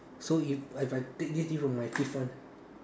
so if I if I tick this this would be my fifth one